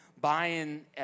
buying